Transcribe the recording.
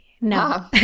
No